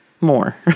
more